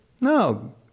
No